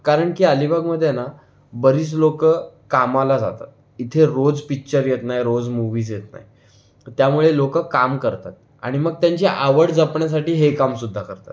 कारण की अलिबागमधेना बरीच लोक कामाला जातात इथे रोज पिच्चर येत नाही रोज मूव्हीज येत नाही त्यामुळे लोक काम करतात आणि मग त्यांची आवड जपण्यासाठी हे काम सुद्धा करतात